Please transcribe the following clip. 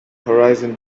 horizon